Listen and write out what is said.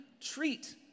treat